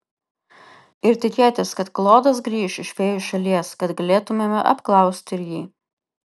ir tikėtis kad klodas grįš iš fėjų šalies kad galėtumėme apklausti ir jį